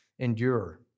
endure